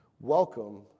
welcome